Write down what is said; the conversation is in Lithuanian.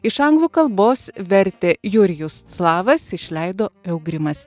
iš anglų kalbos vertė jurijus clavas išleido eugrimas